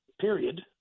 period